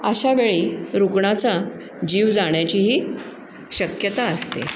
अशा वेळी रुग्णाचा जीव जाण्याचीही शक्यता असते